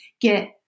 get